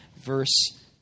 verse